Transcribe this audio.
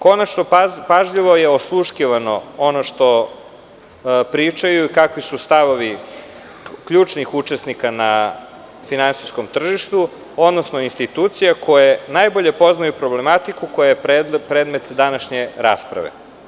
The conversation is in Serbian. Konačno je pažljivo osluškivano ono što pričaju i kakvi su stavovi ključnih učesnika na finansijskom tržištu, odnosno institucija koje najbolje poznaju problematiku koja je predmet današnje rasprave.